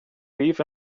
beef